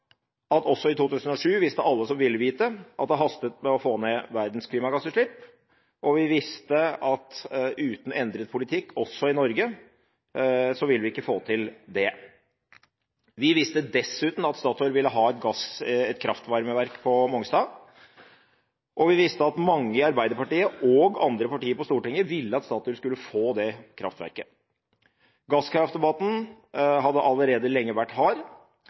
at også i 2007 visste alle som ville vite, at det hastet med å få ned verdens klimagassutslipp, og vi visste at uten endret politikk også i Norge, ville vi ikke få til det. Vi visste dessuten at Statoil ville ha et kraftvarmeverk på Mongstad, og vi visste at mange i Arbeiderpartiet og i andre partier på Stortinget ville at Statoil skulle få det kraftverket. Gasskraftdebatten hadde allerede lenge vært hard,